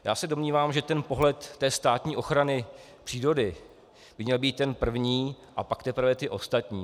Já se domnívám, že pohled státní ochrany přírody by měl být první, a pak teprve ty ostatní.